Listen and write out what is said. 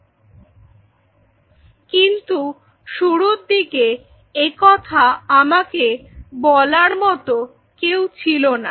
Refer Time 0650 কিন্তু শুরুর দিকে একথা আমাকে বলার মতো কেউ ছিল না